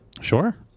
Sure